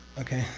okay,